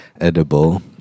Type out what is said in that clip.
Edible